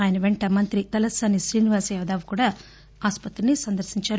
ఆయన పెంట మంత్రి తసాని శ్రీనివాస్ యాదవ్ కూడా ఆస్పత్రిని సందర్భించారు